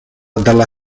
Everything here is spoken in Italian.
dalla